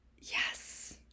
yes